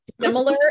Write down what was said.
similar